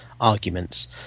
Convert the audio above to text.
arguments